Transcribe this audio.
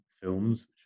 films